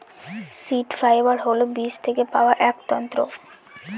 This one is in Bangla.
সীড ফাইবার হল বীজ থেকে পাওয়া এক তন্তু